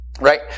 right